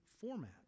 format